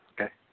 okay